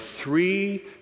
three